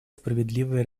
справедливое